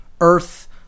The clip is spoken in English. earth